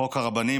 חוק הרבנים,